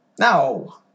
No